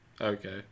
Okay